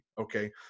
okay